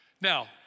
Now